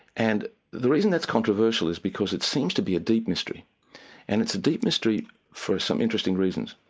and the reason that's controversial is because it seems to be a deep mystery and it's a deep mystery for some interesting reasons.